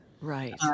right